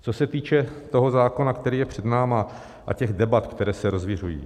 Co se týče toho zákona, který je před námi, a těch debat, které se rozviřují.